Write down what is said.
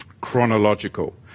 Chronological